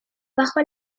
bajo